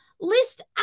list